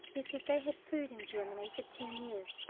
he said they had food in germany for ten years,